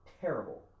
terrible